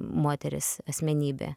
moteris asmenybė